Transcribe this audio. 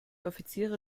offiziere